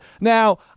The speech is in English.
now